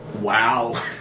Wow